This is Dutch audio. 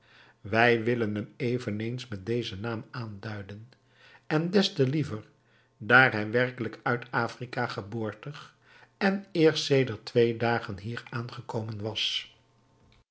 wij willen hem eveneens met dezen naam aanduiden en des te liever daar hij werkelijk uit afrika geboortig en eerst sedert twee dagen hier aangekomen was